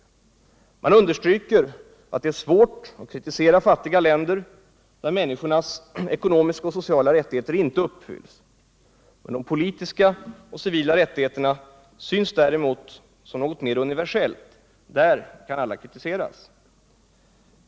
Man understryker att det är svårt att kritisera fattiga länder, där människornas ekonomiska och sociala rättigheter inte uppfylls. De politiska och civila rättigheterna betraktas däremot som något mera universellt. Där kan alla kritiseras.